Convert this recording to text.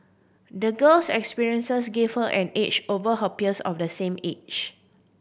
the girl's experiences gave her an edge over her peers of the same age